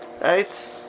right